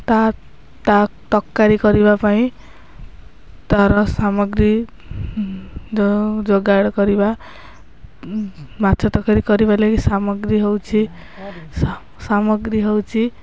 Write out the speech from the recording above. ତା ତା ତରକାରୀ କରିବା ପାଇଁ ତା'ର ସାମଗ୍ରୀ ଯେଉଁ ଯୋଗାଡ଼ କରିବା ମାଛ ତରକାରୀ କରିବା ଲାଗି ସାମଗ୍ରୀ ହେଉଛି ସାମଗ୍ରୀ ହଉଚି